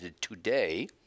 today